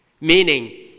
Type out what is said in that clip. Meaning